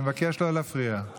אני מבקש לא להפריע.